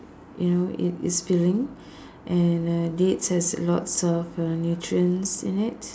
you know it is filling and uh dates has lots of uh nutrients in it